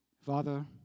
Father